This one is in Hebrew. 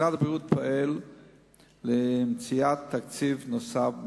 משרד הבריאות פועל למציאת תקציב נוסף,